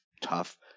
tough